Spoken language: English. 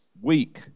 week